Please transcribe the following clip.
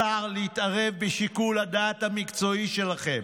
לשר להתערב בשיקול הדעת המקצועי שלכם.